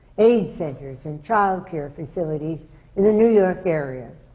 aids centers and child care facilities in the new york area,